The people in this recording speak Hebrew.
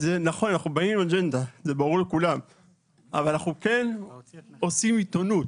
אנחנו באים עם אג'נדה וזה ברור לכולם אבל אנחנו כן עושים עיתונות.